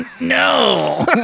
No